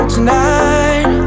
Tonight